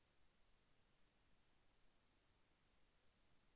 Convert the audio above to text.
వరి పంట కోయడానికి ఉత్తమ పరికరం ఏది?